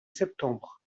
septembre